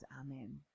amen